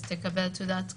אז תקבל תעודת קורונה?